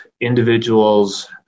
individuals